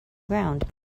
ground